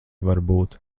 varbūt